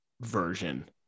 version